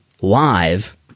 live